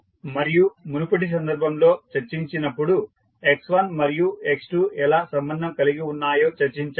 మనము మునుపటి సందర్భంలో చర్చించినప్పుడు x1 మరియు x2 ఎలా సంబంధం కలిగి ఉన్నాయో చర్చించాము